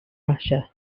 russia